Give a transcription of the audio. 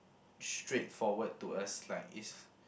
straightforward to us like it's